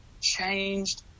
changed